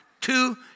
two